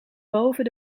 boven